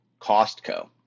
Costco